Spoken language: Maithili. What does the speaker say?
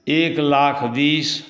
एक लाख बीस